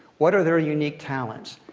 what are their unique talents?